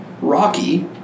Rocky